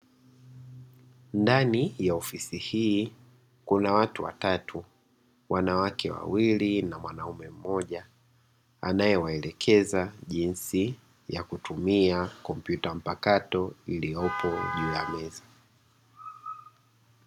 Ndani ya ofisi hii kuna watu watatu (wanawake wawili na mwanamume mmoja) anayewaelekeza jinsi ya kutumia kompyuta mpakato iliyopo juu ya meza.